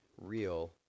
real